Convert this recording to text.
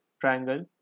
triangle